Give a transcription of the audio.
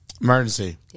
Emergency